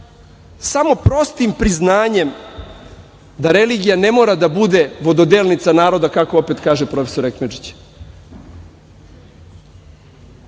Samo prostim priznanjem da religija ne mora da bude vododelnica naroda, kako opet kaže profesor Ekmedžić.